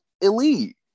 elite